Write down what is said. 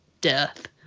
death